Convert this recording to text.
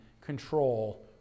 control